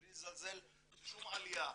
ובלי לזלזל בשום עליה,